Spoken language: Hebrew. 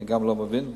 גם לא מבין,